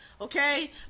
okay